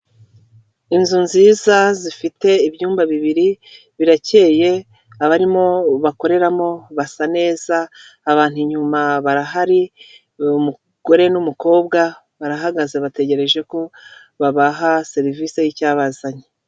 Inzu nziza zifite ibyumba 2 birakeye abarimo bakoreramo basa neza abantu inyuma barahari umugore n'umukobwa barahagaze bategereje ko babaha serivisi y'icyabazanye.